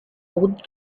old